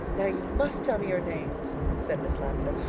now, you must tell me your names, said miss lavendar.